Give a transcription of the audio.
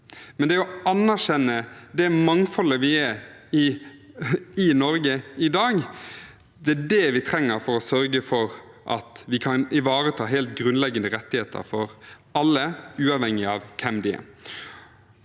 Det å anerkjenne det mangfoldet vi er i Norge i dag, er det vi trenger for å sørge for at vi kan ivareta helt grunnleggende rettigheter for alle, uavhengig av hvem de er.